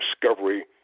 discovery